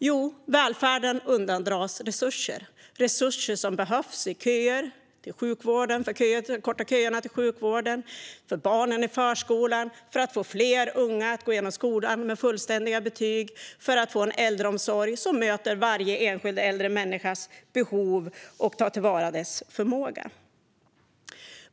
Jo, välfärden undandras resurser som behövs för att korta köerna till sjukvården, för barnen i förskolan, för att få fler unga att gå igenom skolan med fullständiga betyg och för att få en äldreomsorg som möter varje enskild äldre människas behov och tar till vara dess förmåga.